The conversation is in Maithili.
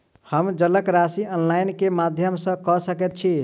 हम जलक राशि ऑनलाइन केँ माध्यम सँ कऽ सकैत छी?